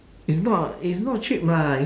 it's not it's not cheap ah